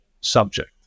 subject